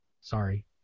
sorry